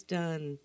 done